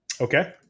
Okay